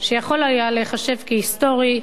שיכול היה להיחשב כהיסטורי,